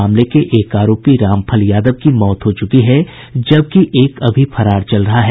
मामले के एक आरोपी रामफल यादव की मौत हो चुकी है जबकि एक अभी फरार चल रहा है